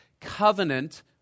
covenant